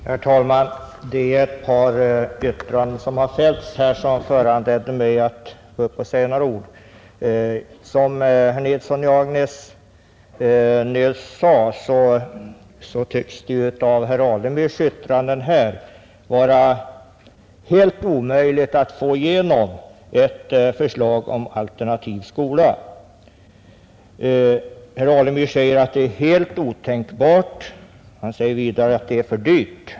Herr talman! Ett par yttranden som har fällts föranleder mig att säga några ord. Som herr Nilsson i Agnäs nyss sade tycks det av herr Alemyrs yttranden att döma vara helt omöjligt att få igenom ett förslag om alternativ skola. Herr Alemyr säger att det är helt otänkbart och att det är för dyrt.